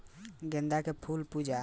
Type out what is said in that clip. गेंदा के फूल पूजा पाठ में काम आवेला